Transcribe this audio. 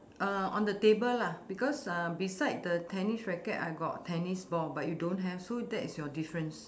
uh on the table lah because uh beside the tennis racket I got tennis ball but you don't have so that is your difference